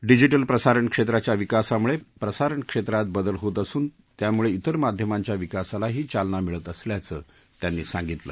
digital प्रसारण क्षेत्राच्या विकासामुळे प्रसारण क्षेत्रात बदल होत असून त्यामुळे इतर माध्यमांच्या विकासालाही चालना मिळत असल्याचंही त्यांनी सांगितलं